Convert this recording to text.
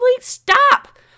Stop